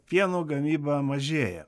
pieno gamyba mažėja